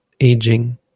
aging